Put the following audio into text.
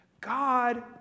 God